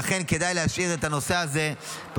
לכן, כדאי להשאיר את הנושא הזה פתוח.